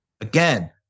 again